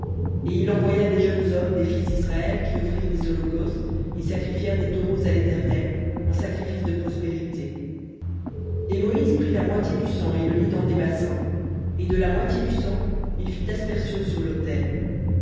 et il envoya des jeunes hommes des fils d'israël qui offrirent des holocaustes et sacrifièrent des taureaux à l'éternel en sacrifices de prospérités et moïse prit la moitié du sang et le mit dans des bassins et de la moitié du sang il fit aspersion sur l'autel